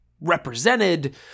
represented